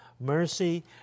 mercy